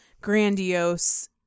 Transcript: grandiose